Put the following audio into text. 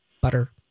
butter